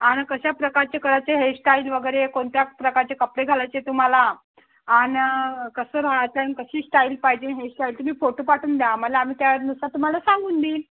आणि कशा प्रकारचे करायची हेअरस्टाईल वगैरे कोणत्या प्रकारचे कपडे घालायचे तुम्हाला आणि कसं राहायचं आणि कशी स्टाईल पाहिजे हेअरस्टाईल तुम्ही फोटो पाठवून द्या मला आम्ही त्यानुसार तुम्हाला सांगून देईन